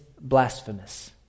blasphemous